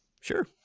Sure